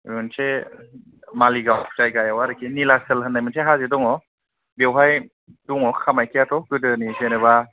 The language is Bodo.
मोनसे मालिगाव जायगायाव आरोखि निलाचल होननाय मोनसे हाजो दङ बेवहाय दङ कामायख्याथ' गोदोनि जेनोबा